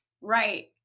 Right